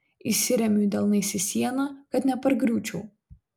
įsiremiu delnais į sieną kad nepargriūčiau